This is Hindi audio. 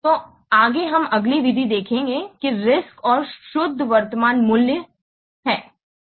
तो आगे हम अगली विधि देखेंगे कि रिस्क् और शुद्ध वर्तमान मूल्य है